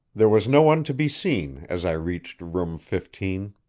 there was no one to be seen as i reached room fifteen.